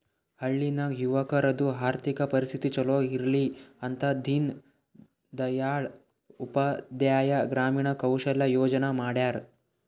ಹಳ್ಳಿ ನಾಗ್ ಯುವಕರದು ಆರ್ಥಿಕ ಪರಿಸ್ಥಿತಿ ಛಲೋ ಇರ್ಲಿ ಅಂತ ದೀನ್ ದಯಾಳ್ ಉಪಾಧ್ಯಾಯ ಗ್ರಾಮೀಣ ಕೌಶಲ್ಯ ಯೋಜನಾ ಮಾಡ್ಯಾರ್